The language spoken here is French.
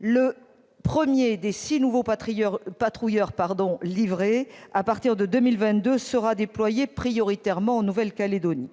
Le premier des six nouveaux patrouilleurs qui seront livrés à partir de 2022 sera déployé prioritairement en Nouvelle-Calédonie.